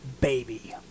Baby